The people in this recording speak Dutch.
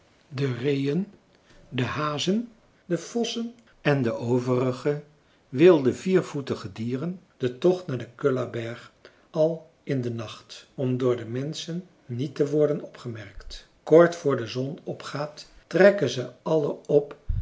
de reeën de hazen de vossen en de overige wilde viervoetige dieren den tocht naar den kullaberg al in den nacht om door de menschen niet te worden opgemerkt kort voor de zon opgaat trekken ze alle op